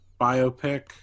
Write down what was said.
biopic